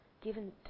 given